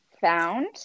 found